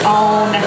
own